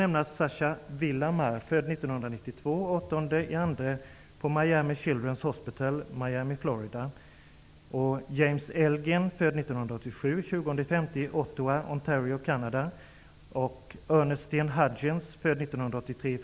Listan finns i sin helhet publicerad i Dagen den 13 april 1993.